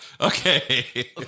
Okay